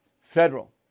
Federal